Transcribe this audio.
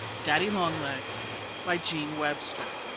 daddy-long-legs by jean webster